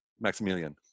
Maximilian